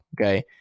Okay